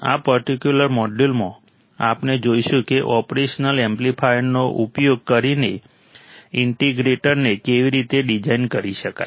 આ પર્ટિક્યુલર મોડ્યુલમાં આપણે જોઈશું કે ઓપરેશનલ એમ્પ્લીફાયરનો ઉપયોગ કરીને ઇન્ટિગ્રેટરને કેવી રીતે ડિઝાઇન કરી શકાય